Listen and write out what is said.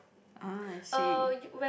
ah I see